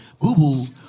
Boo-boo